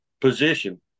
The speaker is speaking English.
position